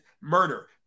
murder